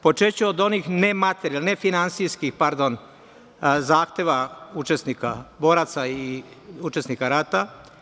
Počeću od onih nematerijalnih, nefinansijskih pardon, zahteva učesnika boraca i učesnika rata.